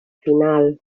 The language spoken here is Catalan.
final